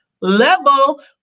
Level